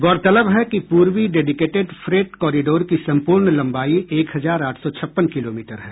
गौरतलब है कि पूर्वी डेडिकेटेड फ्रेट कॉरिडोर की सम्पूर्ण लंबाई एक हजार आठ सौ छप्पन किलोमीटर है